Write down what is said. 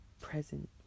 present